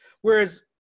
whereas